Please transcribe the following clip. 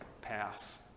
pass